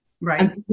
Right